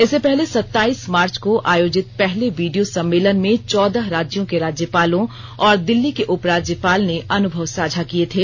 इससे पहले सताइस मार्च को आयोजित पहले वीडियो सम्मेलन में चौदह राज्यों के राज्यपालों और दिल्ली के उप राज्यपाल ने अनुभव साझा किये थे